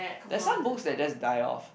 there's some books that they just type of